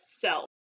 self